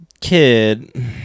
kid